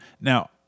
now